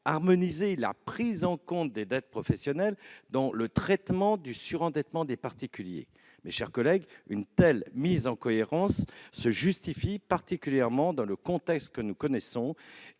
harmoniser la prise en compte des dettes professionnelles dans le traitement du surendettement des particuliers. Une telle mise en cohérence se justifie particulièrement dans le contexte que nous connaissons,